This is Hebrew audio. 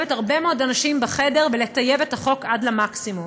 הרבה מאוד אנשים בחדר ולטייב את החוק עד למקסימום,